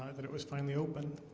um but it was finally open